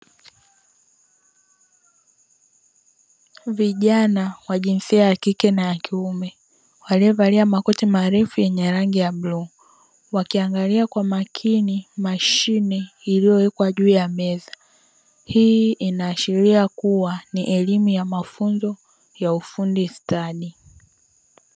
Vijana wa jinsia ya kike na ya kiume waliovalia makoti marefu yenye rangi ya bluu wakiangalia kwa makini mashine iliowekwa juu ya meza. Hii inaashiria kuwa ni elimu ya mafunzo ya ufundi stadi.